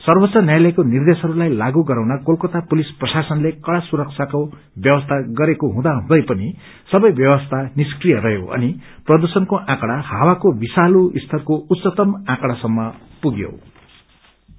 सर्वोच्च न्यायालयको निर्देशहरूलाई लागू गराउन कोलकाता पुलिस प्रशासनले कड़ा सुरक्षाको व्यवस्था गरेको हुँदा हुँदै पनि सबै व्यवस्था निष्क्रिय रहयो अनि प्रदूषण्को आकँड़ाले हावाकोविषालू स्तरको उच्चतम पुरयाईदियो